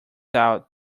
out